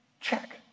Check